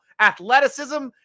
Athleticism